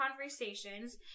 conversations